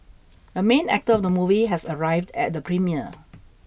the main actor of the movie has arrived at the premiere